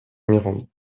mirande